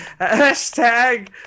Hashtag